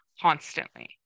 constantly